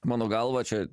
mano galva čia